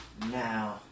Now